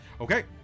Okay